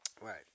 Right